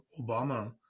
Obama